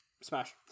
Smash